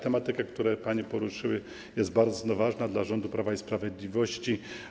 Tematyka, którą panie poruszyły, jest bardzo ważna dla rządu Prawa i Sprawiedliwości.